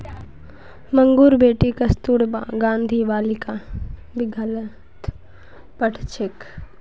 मंगूर बेटी कस्तूरबा गांधी बालिका विद्यालयत पढ़ छेक